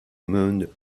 monde